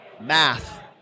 math